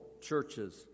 churches